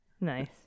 nice